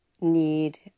need